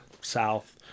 south